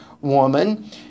woman